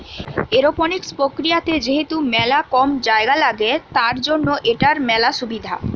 aeroponics প্রক্রিয়াতে যেহেতু মেলা কম জায়গা লাগে, তার জন্য এটার মেলা সুবিধা